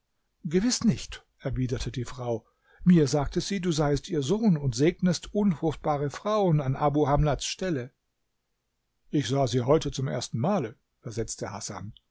gewiß nicht erwiderte die frau mir sagte sie du seiest ihr sohn und segnest unfruchtbare frauen an abu hamlats stelle ich sah sie heute zum ersten male versetzte hasan